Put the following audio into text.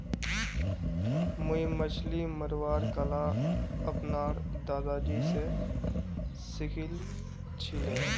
मुई मछली मरवार कला अपनार दादाजी स सीखिल छिले